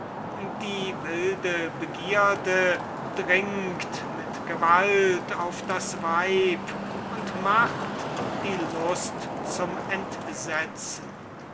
die wilde begierde dringt mit gewalt auf das weib und macht die lust zum entsetzen